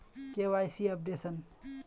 KYC updation?